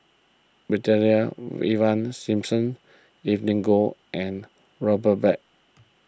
Brigadier Ivan Simson Evelyn Goh and Robert Black